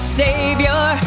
savior